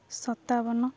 ସତାବନ